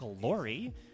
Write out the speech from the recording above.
Glory